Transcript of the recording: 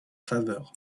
faveur